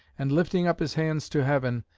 and lifting up his hands to heaven,